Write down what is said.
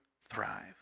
thrive